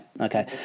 okay